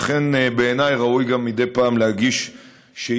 ולכן בעיניי ראוי גם מדי פעם להגיש שאילתות